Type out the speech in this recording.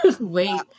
Wait